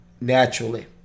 naturally